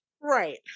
Right